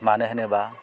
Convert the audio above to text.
मानो होनोबा